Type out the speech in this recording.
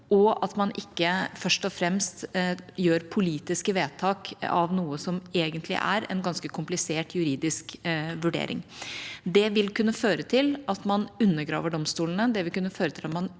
og at man ikke først og fremst gjør politiske vedtak av noe som egentlig er en ganske komplisert juridisk vurdering. Det vil kunne føre til at man undergraver domstolene, det vil kunne føre til at man